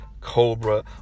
cobra